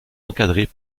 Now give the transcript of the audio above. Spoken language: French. encadrées